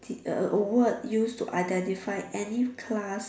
a a word used to identify any class